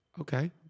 Okay